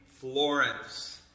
Florence